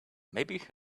maybe